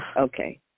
Okay